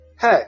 Hey